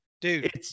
dude